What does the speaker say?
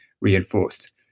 reinforced